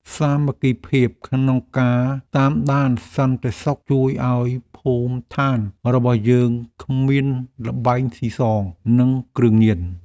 សាមគ្គីភាពក្នុងការតាមដានសន្តិសុខជួយឱ្យភូមិឋានរបស់យើងគ្មានល្បែងស៊ីសងនិងគ្រឿងញៀន។